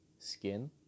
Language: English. Skin